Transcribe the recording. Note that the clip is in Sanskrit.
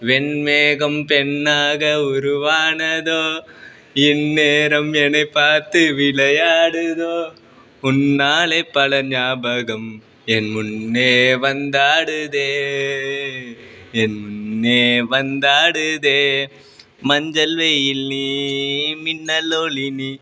वेन्मेगं पेन्नागौरुवाणदो इण्णेरं येणेपात् विळयाड्दो उण्णाले पळन्याबगम् एन्मुण्णे वंदाड्दे यन्ने वंदाड्दे मञ्जल् वेयिल्नी मिण्णलोलिनी